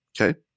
okay